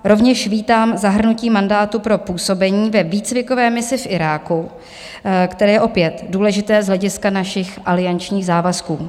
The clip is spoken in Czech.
Rovněž vítám zahrnutí mandátu pro působení ve výcvikové misi v Iráku, které je opět důležité z hlediska našich aliančních závazků.